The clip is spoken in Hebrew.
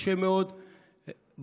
קשה מאוד לעירייה